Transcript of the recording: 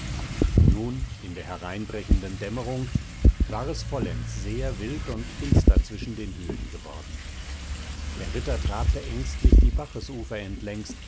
nun in der hereinbrechenden dämmerung war es vollends sehr wild und finster zwischen den höhen geworden der ritter trabte ängstlich die bachesufer entlängst